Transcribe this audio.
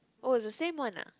oh it's the same one ah